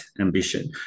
ambition